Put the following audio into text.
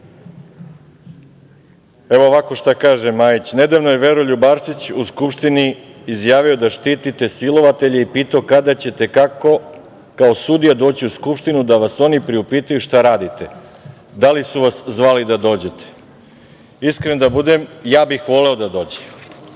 sednici. Šta kaže Majić - nedavno je Veroljub Arsić u Skupštini izjavio da štitite silovatelje i pitao kada ćete kako kao sudija doći u Skupštinu da vas on priupitaju šta radite? Da li su vas zvali da dođete? Iskren da budem, ja bih voleo da dođe.